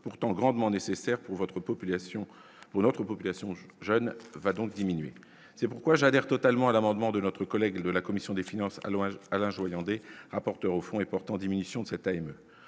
pour votre population pour notre population jeune va donc diminuer, c'est pourquoi j'adhère totalement à l'amendement de notre collègue de la commission des finances à l'orage, Alain Joyandet, rapporteur au fond et portant diminution cette